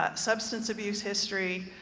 ah substance abuse history.